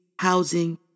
housing